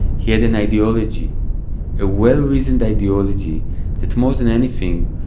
he had an ideology a well-reasoned ideology that, more than anything,